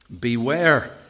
Beware